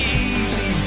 easy